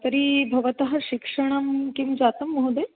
तर्हि भवतः शिक्षणस्य किं जातं महोदय